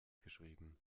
geschrieben